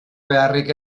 beharrik